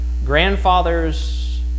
grandfather's